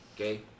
Okay